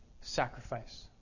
sacrifice